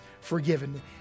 forgiven